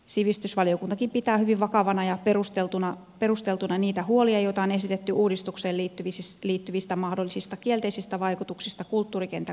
sivistysvaliokuntakin pitää hyvin vakavina ja perusteltuina niitä huolia joita on esitetty uudistukseen liittyvistä mahdollisista kielteisistä vaikutuksista kulttuurikentän kokonaisrahoitukseen